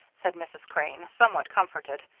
said mrs. crane, somewhat comforted.